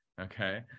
Okay